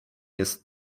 jest